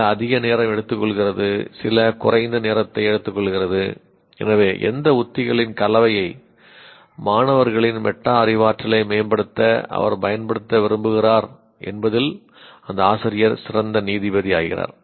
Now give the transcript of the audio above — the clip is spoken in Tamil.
சில அதிக நேரம் எடுத்துக்கொள்கிறது சில குறைந்த நேரத்தை எடுத்துக்கொள்கிறது எனவே எந்த உத்திகளின் கலவை யை மாணவர்களின் மெட்டா அறிவாற்றலை மேம்படுத்த அவர் பயன்படுத்த விரும்புகிறார் என்பதில் அந்த ஆசிரியர் சிறந்த நீதிபதி ஆகிறார்